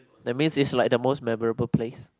that's means it's like the most memorable place